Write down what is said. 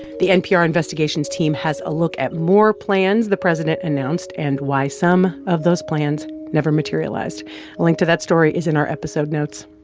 the npr investigations team has a look at more plans the president announced and why some of those plans never materialized. a link to that story is in our episode notes